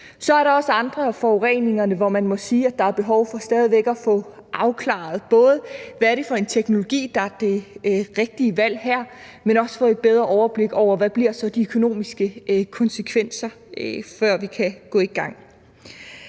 Så er der også andre af forureningerne, hvor man må sige, at der stadig væk er behov for at få afklaret, hvad det er for en teknologi, der er det rigtige valg her, og også få et bedre overblik over, hvad der bliver de økonomiske konsekvenser, før vi kan gå i gang.